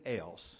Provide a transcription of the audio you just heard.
else